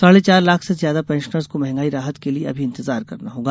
साढ़े चार लाख से ज्यादा पेंशनर्स को महंगाई राहत के लिए अभी इंतजार करना होगा